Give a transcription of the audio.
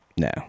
No